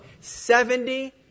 Seventy